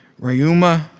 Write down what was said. Rayuma